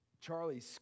Charlie